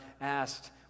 asked